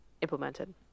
implemented